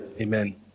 Amen